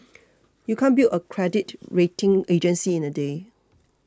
you can't build a credit rating agency in a day